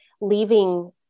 leaving